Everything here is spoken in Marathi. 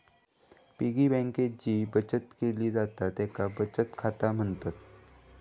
पिगी बँकेत जी बचत केली जाता तेका बचत खाता म्हणतत